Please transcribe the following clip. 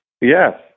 Yes